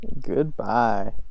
goodbye